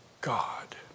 God